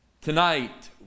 Tonight